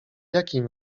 jakim